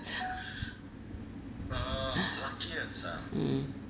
mm